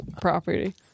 property